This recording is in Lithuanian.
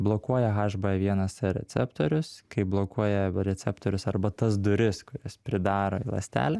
blokuoja haš bė vienas cė receptorius kai blokuoja receptorius arba tas duris kurias pridaro į ląstelę